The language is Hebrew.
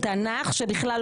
בוועדת החינוך לא